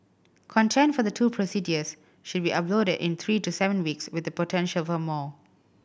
content for the two procedures should be uploaded in three to seven weeks with the potential for more